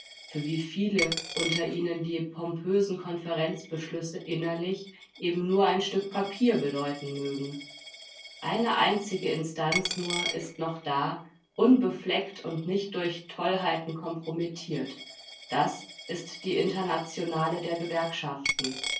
für wieviele unter ihnen die pompösen konferenzbeschlüsse innerlich eben nur ein stück papier bedeuten mögen eine einzige instanz nur ist noch da unbefleckt und nicht durch tollheiten kompromittiert das ist die internationale der gewerkschaften